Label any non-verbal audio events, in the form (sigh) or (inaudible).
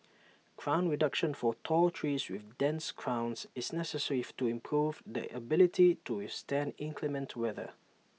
crown reduction for tall trees with dense crowns is necessary (noise) to improve their ability to withstand inclement weather